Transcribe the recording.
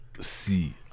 see